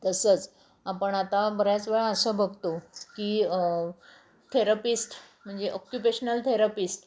तसंच आपण आता बऱ्याच वेळा असं बघतो की थेरपिस्ट म्हणजे ऑक्युपेशनल थेरपिस्ट